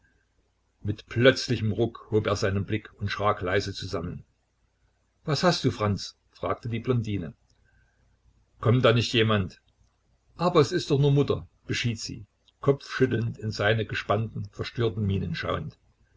mit plötzlichem ruck hob er seinen blick und schrak leise zusammen was hast du franz fragte die blondine kommt da nicht jemand aber es ist doch nur mutter beschied sie kopfschüttelnd in seine gespannten verstörten mienen schauend